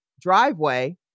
driveway